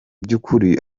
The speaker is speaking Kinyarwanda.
by’ukuri